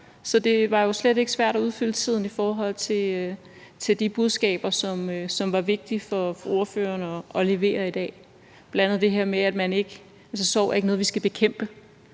så det var jo slet ikke svært at udfylde tiden i forhold til de budskaber, som var vigtige for ordføreren at levere i dag, bl.a det her med, at sorg ikke er noget, vi skal bekæmpe.